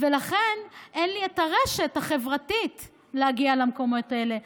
ולכן אין לי את הרשת החברתית להגיע למקומות האלה,